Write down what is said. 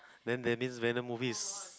then Venom movies is